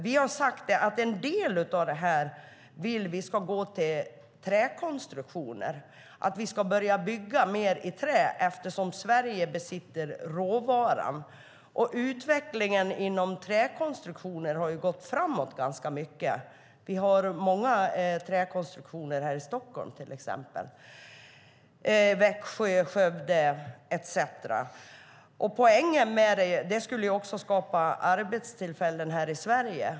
Vi har sagt att en del av detta ska gå till träkonstruktioner, att vi ska börja bygga mer i trä eftersom Sverige besitter råvaran. Utvecklingen av träkonstruktioner har gått framåt mycket. Det finns många hus med träkonstruktioner i Stockholm, Växjö och Skövde. Poängen är att skapa arbetstillfällen i Sverige.